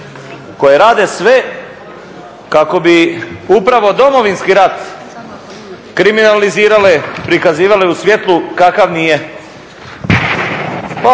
koje rade sve kako bi upravo Domovinski rat kriminalizirale, prikazivale u svjetlu kakav nije,